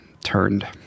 turned